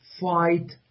fight